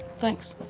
thanks.